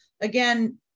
Again